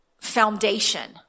foundation